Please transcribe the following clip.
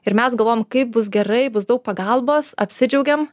ir mes galvojam kaip bus gerai bus daug pagalbos apsidžiaugiam